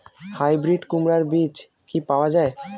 Hybrid কুমড়ার বীজ কি পাওয়া য়ায়?